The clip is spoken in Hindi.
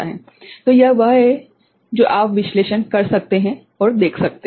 तो यह वह है जो आप विश्लेषण कर सकते हैं और देख सकते हैं